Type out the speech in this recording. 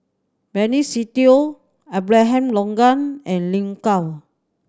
Benny Se Teo Abraham Logan and Lin Gao